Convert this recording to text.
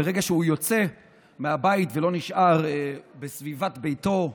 ברגע שהוא יוצא מהבית ולא נשאר בסביבת ביתו,